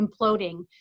imploding